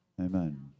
Amen